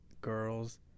girls